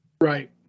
Right